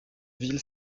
ville